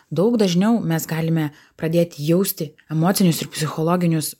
daug dažniau mes galime pradėti jausti emocinius ir psichologinius